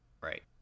right